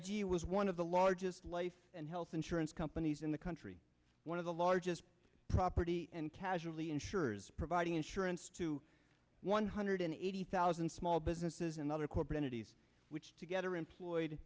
idea was one of the largest life and health insurance companies in the country one of the largest property and casualty insurers providing insurance to one hundred eighty thousand small businesses and other corporate entities which together employed